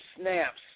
snaps